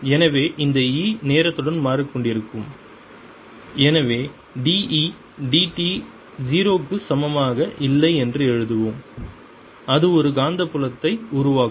எனவே இந்த E நேரத்துடன் மாறிக்கொண்டிருக்கும் எனவே d E d t 0 க்கு சமமாக இல்லை என்று எழுதுவோம் அது ஒரு காந்தப்புலத்தை உருவாக்கும்